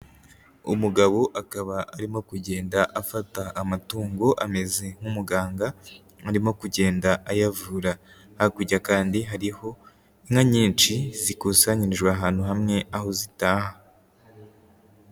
Umugabo akaba arimo kugenda afata amatungo ameze nk'umuganga, arimo kugenda ayavura, hakurya kandi hariho inka nyinshi zikusanyirijwe ahantu hamwe, aho zitaha.